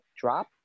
drop